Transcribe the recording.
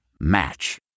Match